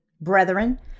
Brethren